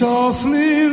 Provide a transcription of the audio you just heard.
Softly